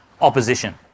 opposition